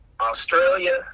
Australia